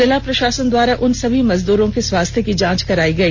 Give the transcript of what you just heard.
जिला प्रशासन के द्वारा उन सभी मजदूरों के स्वास्थ्य की जांच कराई गई